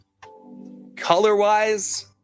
Color-wise